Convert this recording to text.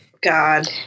God